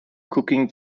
cooking